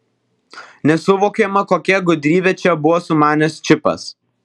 nesuvokiama kokią gudrybę čia buvo sumanęs čipas